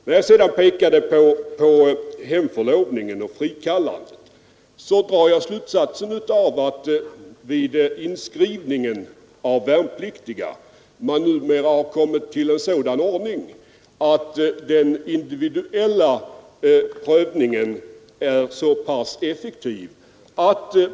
När jag pekade på möjligheten av hemförlovning och frikallande gjorde jag det med anledning av att den individuella prövningen vid inskrivningen av värnpliktiga numera är mycket effektiv.